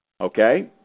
Okay